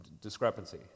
Discrepancy